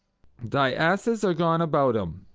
thy asses are gone about em.